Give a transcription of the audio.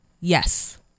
yes